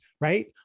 right